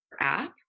app